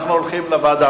אנחנו הולכים לוועדה.